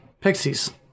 pixies